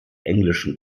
englischen